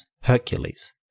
Hercules